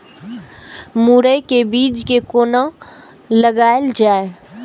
मुरे के बीज कै कोना लगायल जाय?